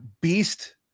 beast